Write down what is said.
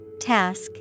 Task